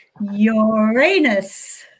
Uranus